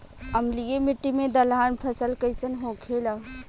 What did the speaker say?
अम्लीय मिट्टी मे दलहन फसल कइसन होखेला?